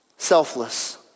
selfless